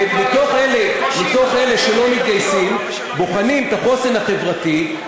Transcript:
ומתוך אלה שלא מתגייסים בוחנים את החוסן החברתי,